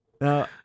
Now